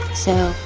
so,